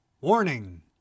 Warning